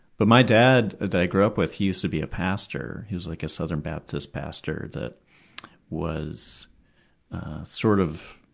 but my dad that i grew up with, he used to be a pastor. he was like a southern baptist pastor that was sort of